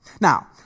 Now